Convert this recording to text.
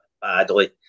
badly